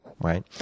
Right